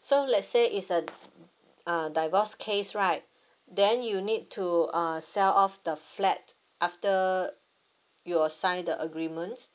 so let's say it's a uh divorce case right then you need to uh sell off the flat after you will sign the agreement